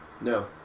No